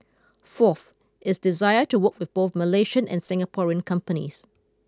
fourth it's desire to work with both Malaysian and Singaporean companies